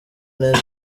neza